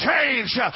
change